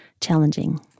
challenging